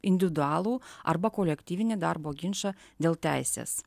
individualų arba kolektyvinį darbo ginčą dėl teisės